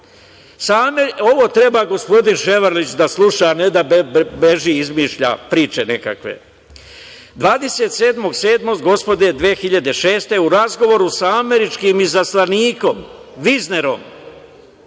ovo treba gospodin Ševarlić da sluša a ne da beži i izmišlja priče nekakve, 27. 7. gospodnje 2006. godine, u razgovoru sa američkim izaslanikom Viznerom,